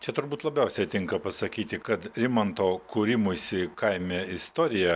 čia turbūt labiausiai tinka pasakyti kad rimanto kūrimuisi kaime istorija